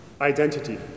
identity